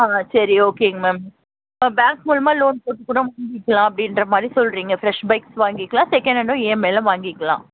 ஆ சரி ஓகேங்க மேம் ஆ பேங்க் மூலமாக லோன் போட்டு கூட வாங்கிக்கலாம் அப்படின்ற மாதிரி சொல்கிறீங்க ஃப்ரெஷ் பைக் வாங்கிக்கலாம் செக்கனென்டும் இஎம்ஐயில் வாங்கிக்கலாம்